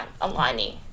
aligning